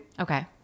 Okay